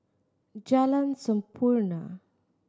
Jalan Sampurna